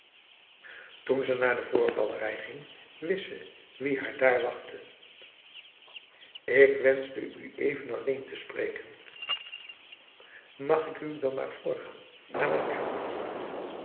toen ze naar de voorgalerij ging wist ze wie haar daar wachtte ik wenschte u even alleen te spreken mag ik u dan maar vrgaan naar mijn kamer